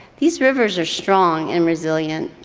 these rivers are strong and resilient.